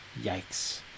Yikes